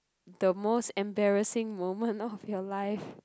the most embarrassing moment of your life